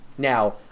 Now